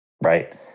right